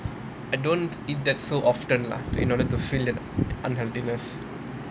I don't eat that so often lah in order to feel the unhealthiness